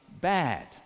bad